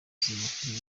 film